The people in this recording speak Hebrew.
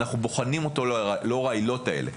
אנחנו בוחנים אותו לאור העילות האלה,